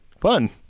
Fun